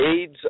AIDS